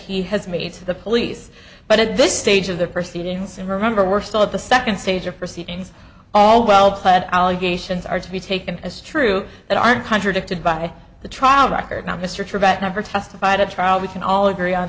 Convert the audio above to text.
he has made to the police but at this stage of the proceedings and remember we're still at the second stage of proceedings all well pled allegations are to be taken as true that aren't contradicted by the trial record now mr never testified at trial we can all agree on